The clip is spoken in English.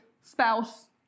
spouse